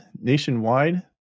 nationwide